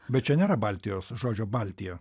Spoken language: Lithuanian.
bet čia nėra baltijos žodžio baltija